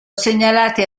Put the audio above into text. segnalate